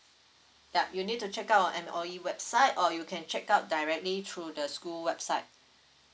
yup you need to check out on M_O_E website or you can check out directly through the school website